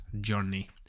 journey